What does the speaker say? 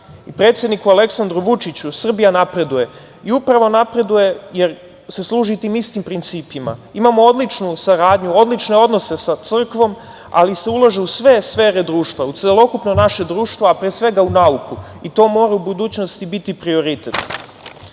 i predsedniku Aleksandru Vučiću, Srbija napreduje. Upravo napreduje, jer se služi tim istim principima. Imamo odličnu saradnju, odlične odnose sa crkvom, ali se ulaže u sve sfere društva, u celokupno naše društvo, a pre svega u nauku. To mora u budućnosti biti prioritet. Setimo